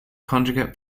conjugate